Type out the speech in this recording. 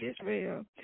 Israel